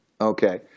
Okay